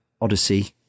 Odyssey